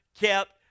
kept